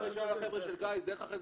הראשונה לחבר'ה של גיא זה איך אחרי זה